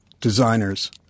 designers